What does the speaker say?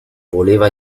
voleva